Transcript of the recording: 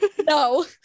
no